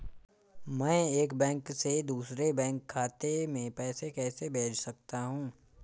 मैं एक बैंक से दूसरे बैंक खाते में पैसे कैसे भेज सकता हूँ?